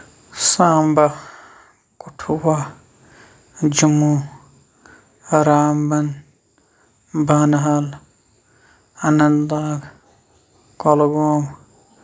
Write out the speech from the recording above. Samba Kathua Jammu Ramban Banihal Anantnag Kulgam